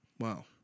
wow